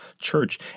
church